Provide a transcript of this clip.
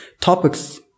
Topics